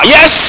Yes